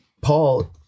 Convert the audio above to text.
Paul